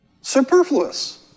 Superfluous